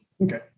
Okay